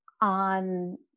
on